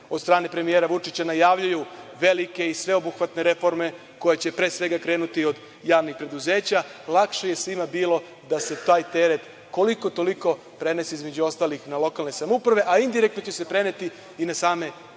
od strane premijera Vučića, najavljuju velike i sveobuhvatne reforme koje će pre svega krenuti od javnih preduzeća. Lakše je svima bilo da se taj teret koliko, toliko prenese na lokalne samouprave, a indirektno će se preneti i na same građane